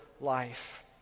life